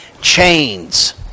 chains